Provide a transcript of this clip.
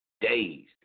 days